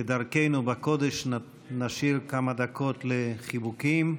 כדרכנו בקודש נשאיר כמה דקות לחיבוקים.